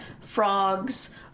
frogs